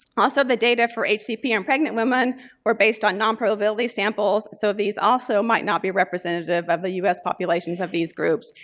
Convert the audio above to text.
also the data for hcp and pregnant women were based on non-probability samples, so these also might not be representative of the us populations of these groups.